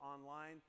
online